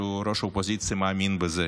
שהוא ראש האופוזיציה, מאמין בזה,